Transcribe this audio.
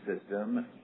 system